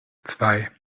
zwei